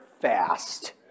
fast